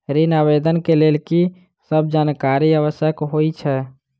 ऋण आवेदन केँ लेल की सब जानकारी आवश्यक होइ है?